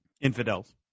Infidels